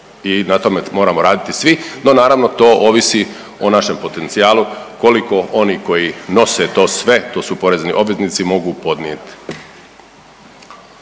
i na tome moramo raditi svi, no naravno, to ovisi o našem potencijalu, koliko oni koji nose to sve, to su porezni obveznici mogu podnijeti.